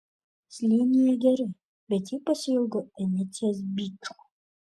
slėnyje gerai bet ji pasiilgo venecijos byčo